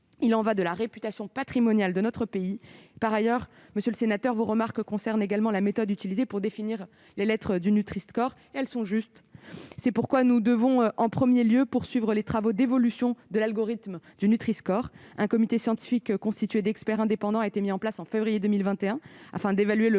Il y va de la réputation patrimoniale de notre pays. Par ailleurs, vos remarques portent sur la méthode utilisée pour définir les lettres du Nutri-score. Elles sont justes. C'est pourquoi nous devons en premier lieu poursuivre les travaux d'évolution de l'algorithme du Nutri-score. Un comité scientifique constitué d'experts indépendants a été mis en place au mois de février 2021, afin d'évaluer ces